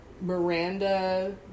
Miranda